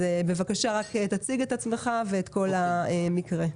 בבקשה, תציג את עצמך וספר על המקרה.